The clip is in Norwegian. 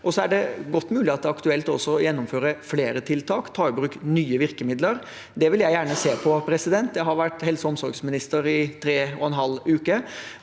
er det godt mulig at det er aktuelt også å gjennomføre flere tiltak og ta i bruk nye virkemidler. Det vil jeg gjerne se på. Jeg har vært helse- og omsorgsminister i tre en halv uke,